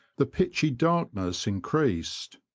the pitchy darkness in creased,